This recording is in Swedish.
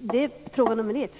gäller fråga nummer ett.